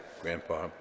grandpa